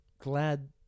glad